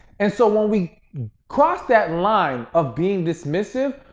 and so, when we cross that line of being dismissive,